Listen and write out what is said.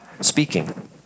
speaking